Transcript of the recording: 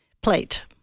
plate